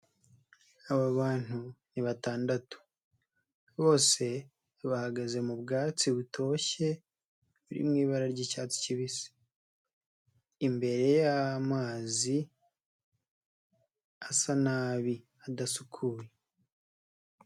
Aba bantu ni batandatu bose bahagaze mu bwatsi butoshye buri mu ibara ry'icyatsi kibisi imbere y'amazi asa nabi adasukuye.